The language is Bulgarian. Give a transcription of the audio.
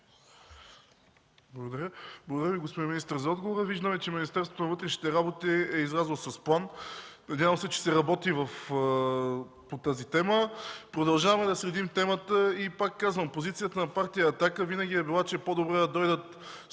Благодаря Ви, господин министър, за отговора. Виждаме, че Министерството на вътрешните работи е излязло с план. Надяваме се, че ще работи по тази тема. Продължаваме да следим темата. Пак казвам: позицията на Партия „Атака” винаги е била, че е по-добре да дойдат